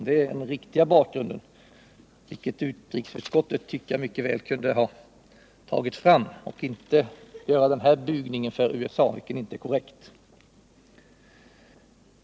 Det är den riktiga bakgrunden, vilket jag tycker att utrikesutskottet mycket väl kunde ha angett i stället för att göra den här bugningen för USA, som inte är korrekt.